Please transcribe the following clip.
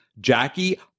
Jackie